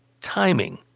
timing